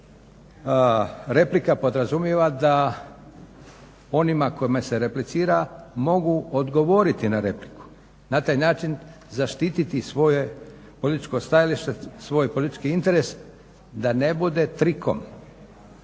replika podrazumijeva da onima kojima se replicira mogu odgovoriti na repliku i na taj način zaštititi svoje političko stajalište, svoj politički interes da ne bude trikom,